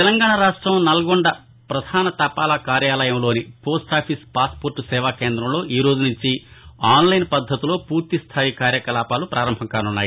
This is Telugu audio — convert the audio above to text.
తెలంగాణా రాష్ట్రం నల్గొండ పధాన తపాలా కార్యాలయంలో పోస్టాఫీస్ పాస్పోర్ట్ సేవా కేందంలో ఈరోజు నుంచీ అన్లైన్ పద్దతిలో పూర్తిస్థాయి కార్యకలాపాలు పారంభించనున్నారు